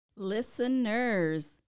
Listeners